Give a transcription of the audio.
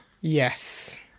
Yes